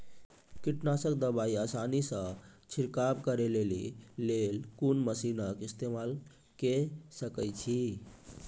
कीटनासक दवाई आसानीसॅ छिड़काव करै लेली लेल कून मसीनऽक इस्तेमाल के सकै छी?